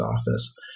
Office